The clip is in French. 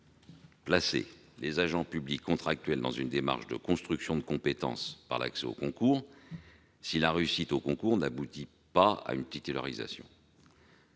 placer demain les agents publics contractuels dans une démarche de construction de compétences, par l'accès au concours, si la réussite à ce dernier n'aboutit pas à une titularisation ?